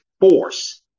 force